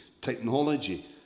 technology